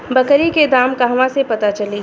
बकरी के दाम कहवा से पता चली?